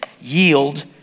Yield